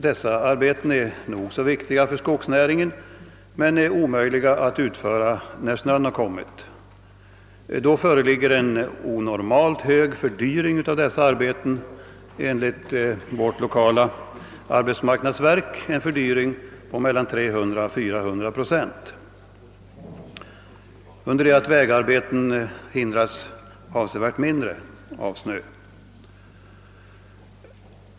Dessa arbeten är nog så viktiga för skogsnäringen men är omöjliga att utföra när snön kommit. Då uppstår en onormalt hög fördyring av dessa arbeten — enligt vårt lokala arbetsmarknadsverk en fördyring på mellan 300 och 400 procent — under det att vägarbeten hindras avsevärt mindre av snö.